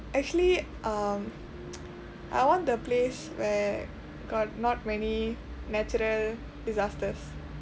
actually um I want the place where got not many natural disasters